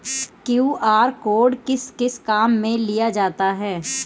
QR code किस किस काम में लिया जाता है?